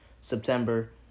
September